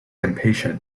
impatient